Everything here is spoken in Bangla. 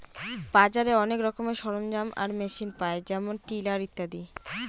বাজারে অনেক রকমের সরঞ্জাম আর মেশিন পায় যেমন টিলার ইত্যাদি